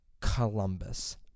Columbus